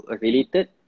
related